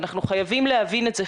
אנחנו חייבים להבין את זה,